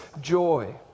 joy